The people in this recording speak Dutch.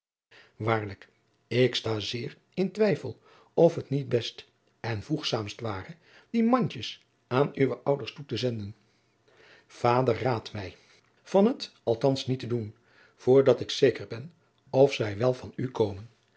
waarlijk ik sta zeer in twijfel of het niet best en voegzaamst ware die mandjes aan uwe ouders toe te zenden vader raadt mij van het althans niet te doen voor dat ik zeker ben of zij wel van u komen